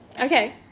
okay